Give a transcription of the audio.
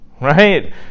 right